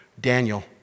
Daniel